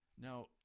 Now